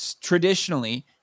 traditionally